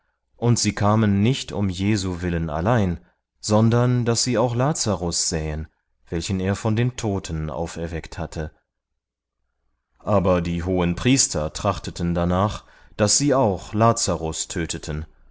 und sie kamen nicht um jesu willen allein sondern daß sie auch lazarus sähen welchen er von den toten auferweckt hatte aber die hohenpriester trachteten darnach daß sie auch lazarus töteten